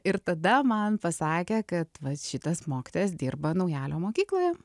ir tada man pasakė kad vat šitas mokytojas dirba naujalio mokykloje